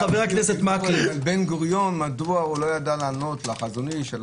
בן גוריון לא ידע לענות, אבל